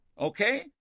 Okay